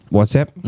WhatsApp